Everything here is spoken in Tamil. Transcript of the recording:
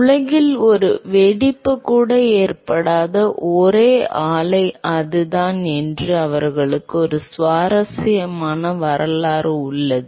உலகில் ஒரு வெடிப்பு கூட ஏற்படாத ஒரே ஆலை அதுதான் என்று அவர்களுக்கு ஒரு சுவாரஸ்யமான வரலாறு உள்ளது